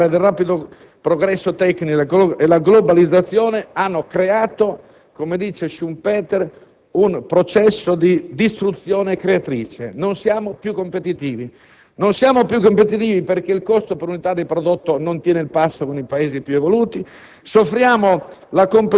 Il congiunto operare del rapido progresso tecnologico e la globalizzazione hanno creato, come dice Schumpeter, un processo di distruzione creatrice: non siamo più competitivi. Non siamo più competitivi perché il costo per unità di prodotto non tiene il passo con i Paesi più evoluti,